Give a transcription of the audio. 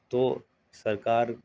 تو سرکار